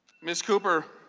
ms. cooper,